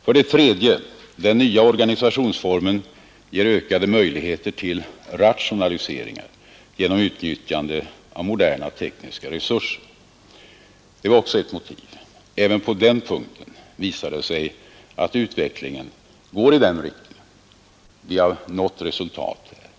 För det tredje: ”Samtidigt ger den nya organisationsformen ökade möjligheter till rationaliseringar genom utnyttjande av moderna tekniska resurser.” Det var också ett motiv. Även på denna punkt visar det sig att utvecklingen går i rätt riktning. Vi har nått resultat.